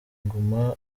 nguma